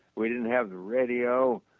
we didn't have the radio,